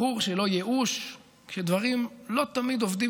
וברור שלא ייאוש כשדברים לא תמיד עובדים